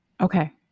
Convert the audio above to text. Okay